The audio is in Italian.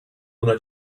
una